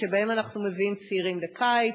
שבהם אנחנו מביאים צעירים לקיץ,